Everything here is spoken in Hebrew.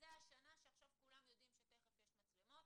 השנה שעכשיו כולם יודעים שתכף יש מצלמות,